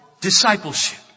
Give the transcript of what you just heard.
discipleship